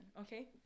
okay